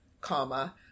comma